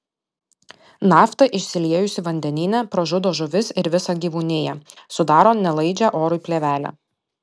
nafta išsiliejusi vandenyne pražudo žuvis ir visą gyvūniją sudaro nelaidžią orui plėvelę